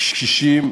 קשישים,